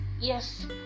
yes